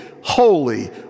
holy